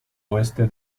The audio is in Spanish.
oeste